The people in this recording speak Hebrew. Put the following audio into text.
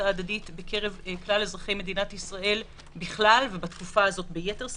ההדדית בקרב אזרחי מדינת ישראל בכלל ובתקופה הזאת ביתר שאת.